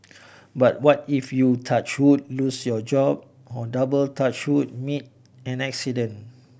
but what if you touch wood lose your job on double touch wood meet an accident